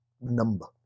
number